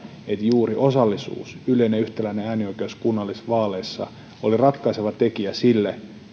juuri osallisuus yleinen ja yhtäläinen äänioikeus kunnallisvaaleissa oli ratkaiseva tekijä sille